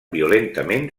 violentament